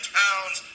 pounds